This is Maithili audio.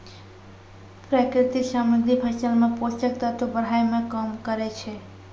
प्राकृतिक सामग्री फसल मे पोषक तत्व बढ़ाय में काम करै छै